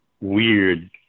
weird